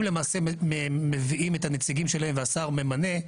למעשה מביאים את הנציגים שלהם והשר ממנה,